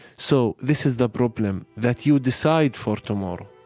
so this is the problem that you decide for tomorrow,